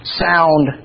sound